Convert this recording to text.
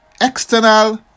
external